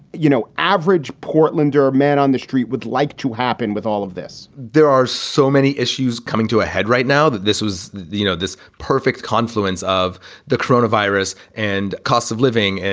you know, average portland or man on the street would like to happen with all of this? there are so many issues coming to a head right now that this was, you know, this perfect confluence of the coronavirus and cost of living, and